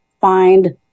find